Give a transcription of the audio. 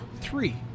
three